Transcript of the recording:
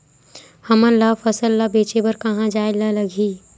हमन ला फसल ला बेचे बर कहां जाये ला लगही?